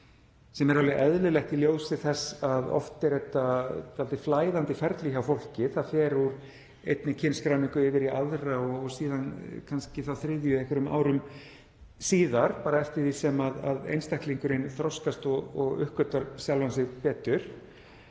sem er alveg eðlilegt í ljósi þess að oft er þetta dálítið flæðandi ferli hjá fólki, það fer úr einni kynskráningu yfir í aðra og síðan kannski þá þriðju einhverjum árum síðar, bara eftir því sem einstaklingurinn þroskast og uppgötvar sjálfan sig betur.